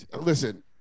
Listen